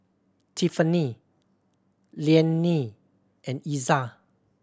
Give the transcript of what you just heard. Tiffany Liane and Iza